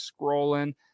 scrolling